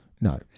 No